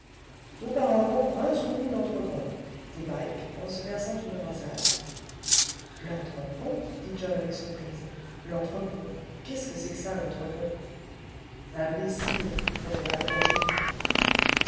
auparavant rinçons nous l'entrepont dit mike en se versant une rasade l'entrepont dit john avec surprise l'entrepont qu'est-ce que c'est que ça l'entrepont imbécile proféra l'cageux